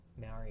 Maori